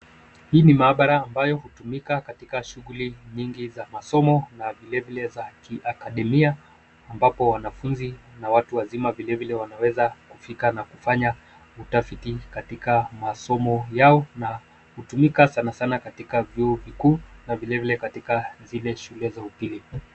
Hii ni maabara ambayo hutumika katika shuguli nyingi za masomo na vilevile za akademia ambapo wanafunzi na watu wazima vilevile wanaweza kufika na kufanya utafiti katika masomo yao na hutumika sana sana katika vyuo vikuu na vilevile katika zile shule za upili.